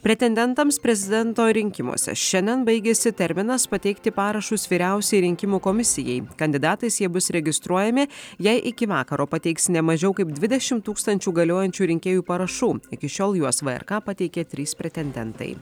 pretendentams prezidento rinkimuose šiandien baigiasi terminas pateikti parašus vyriausiajai rinkimų komisijai kandidatais jie bus registruojami jei iki vakaro pateiks ne mažiau kaip dvidešimt tūkstančių galiojančių rinkėjų parašų iki šiol juos vrk pateikė trys pretendentai